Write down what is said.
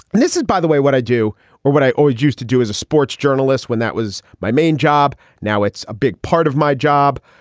and this is, by the way, what i do or what i always used to do as a sports journalist when that was my main job. now it's a big part of my job.